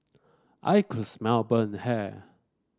I could smell burnt hair